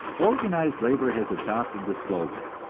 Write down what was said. organized labor has adopted the slogan,